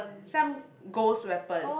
some ghost weapon